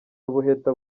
ubuheta